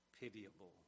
pitiable